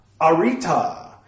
Arita